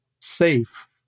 safe